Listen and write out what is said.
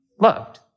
loved